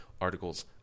articles